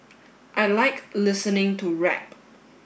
I like listening to rap